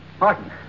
Martin